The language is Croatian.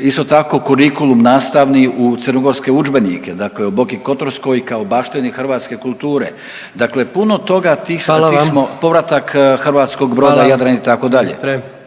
Isto tako kurikulum nastavni u crnogorske udžbenike. Dakle, o Boki Kotorskoj kao baštini hrvatske kulture. Dakle, puno toga tihm tih smo …/Upadica: Hvala